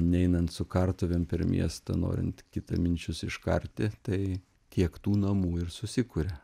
neinant su kartuvėm per miestą norint kitaminčius iškarti tai tiek tų namų ir susikuria